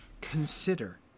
Consider